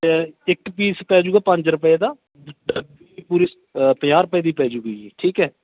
ਇੱਕ ਪੀਸ ਪੈ ਜੂਗਾ ਪੰਜ ਰੁਪਏ ਦਾ ਪੂਰੀ ਪੰਜਾਹ ਰੁਪਏ ਦੀ ਪੈ ਜੂਗੀ ਜੀ ਠੀਕ ਹੈ